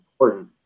important